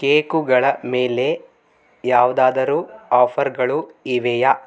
ಕೇಕುಗಳ ಮೇಲೆ ಯಾವುದಾದ್ರೂ ಆಫರ್ಗಳು ಇವೆಯಾ